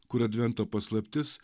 kur advento paslaptis